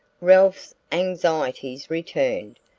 ralph's anxieties returned,